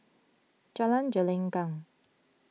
Jalan Gelenggang